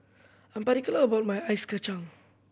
I am particular about my ice kacang